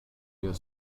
your